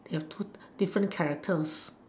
they have two different characters